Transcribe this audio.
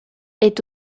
est